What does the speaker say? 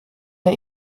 der